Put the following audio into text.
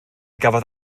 gafodd